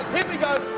here we go.